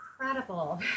incredible